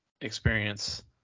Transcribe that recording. experience